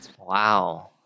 wow